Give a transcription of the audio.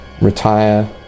retire